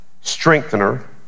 strengthener